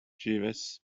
jeeves